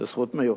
זאת זכות מיוחדת,